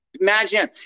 imagine